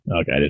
okay